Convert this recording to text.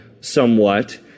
somewhat